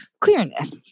clearness